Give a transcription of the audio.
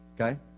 Okay